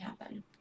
happen